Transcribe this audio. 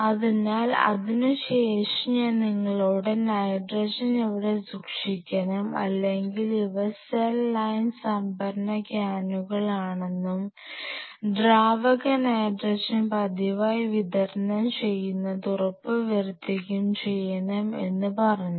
അതിനാൽ അതിനുശേഷം ഞാൻ നിങ്ങളോട് നൈട്രജൻ എവിടെ സൂക്ഷിക്കണം അല്ലെങ്കിൽ ഇവ സെൽ ലൈൻ സംഭരണ ക്യാനുകളാണെന്നും ദ്രാവക നൈട്രജൻ പതിവായി വിതരണം ചെയ്യുന്നത് ഉറപ്പുവരുത്തുകയും ചെയ്യണം എന്ന് പറഞ്ഞു